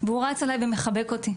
והוא רץ אליי ומחבק אותי,